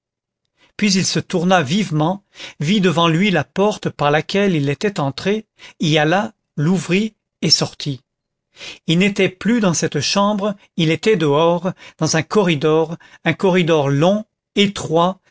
puis il se tourna vivement vit devant lui la porte par laquelle il était entré y alla l'ouvrit et sortit il n'était plus dans cette chambre il était dehors dans un corridor un corridor long étroit